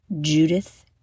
Judith